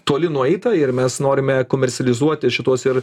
toli nueita ir mes norime komercializuoti šituos ir